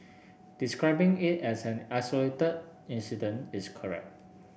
describing it as an isolated incident is correct